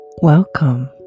Welcome